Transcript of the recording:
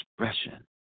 expression